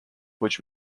which